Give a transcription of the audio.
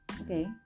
okay